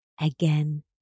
again